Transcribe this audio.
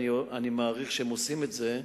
אני מעריך שהם עושים את זה.